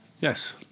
Yes